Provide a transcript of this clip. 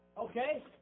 Okay